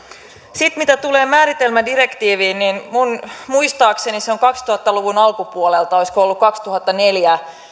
sitten mitä tulee määritelmädirektiiviin niin minun muistaakseni se on kaksituhatta luvun alkupuolelta olisiko ollut kaksituhattaneljä